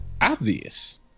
obvious